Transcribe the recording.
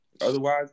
Otherwise